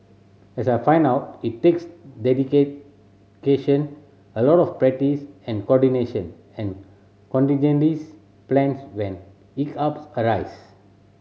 as I found out it takes a lot of practice and coordination and plans when hiccups arise